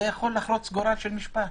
זה יכול לחרוץ גורל של משפט.